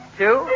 two